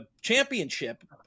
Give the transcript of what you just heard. championship